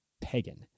pagan